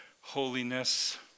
holiness